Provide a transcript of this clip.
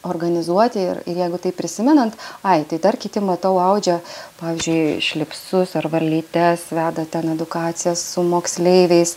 organizuoti ir ir jeigu taip prisimenant ai tai dar kiti matau audžia pavyzdžiui šlipsus ar varlytes veda ten edukacijas su moksleiviais